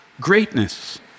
greatness